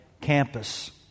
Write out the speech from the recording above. campus